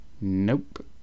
Nope